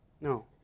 No